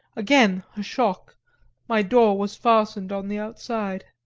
again a shock my door was fastened on the outside.